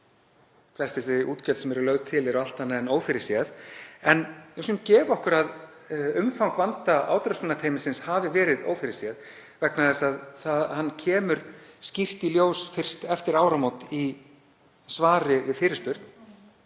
Flest þau útgjöld sem eru lögð til eru allt annað en ófyrirséð en við skulum gefa okkur að umfang vanda átröskunarteymisins hafi verið ófyrirséð vegna þess að það kemur skýrt í ljós fyrst eftir áramót í svari við fyrirspurn.